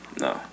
No